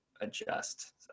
adjust